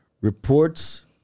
Reports